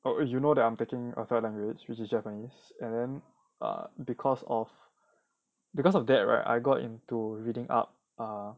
oh you know that I'm taking a third language which is japanese and then err because of because of that right I got into reading up err